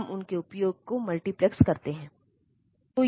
हम उनके उपयोग को मल्टीप्लेक्स करते है